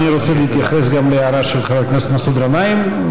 אדוני רוצה להתייחס גם להערה של חבר הכנסת מסעוד גנאים?